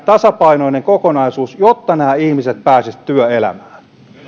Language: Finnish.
tasapainoisen kokonaisuuden jotta nämä ihmiset pääsisivät työelämään